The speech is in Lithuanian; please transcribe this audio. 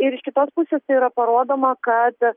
ir iš kitos pusės tai yra parodoma kad